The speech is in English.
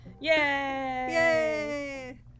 yay